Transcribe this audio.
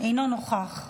אינו נוכח.